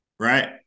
right